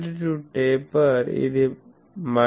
amplitude taper ఇది minus 16